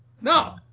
No